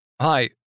Hi